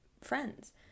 friends